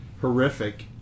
horrific